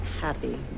happy